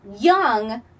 young